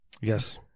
Yes